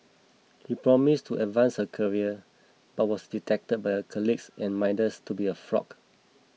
he promised to advance her career but was detected by her colleagues and minders to be a fraud